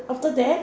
after that